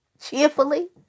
Cheerfully